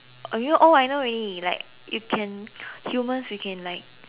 or you know oh I know already like you can humans we can like